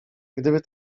gdyby